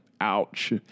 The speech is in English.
Ouch